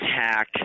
attack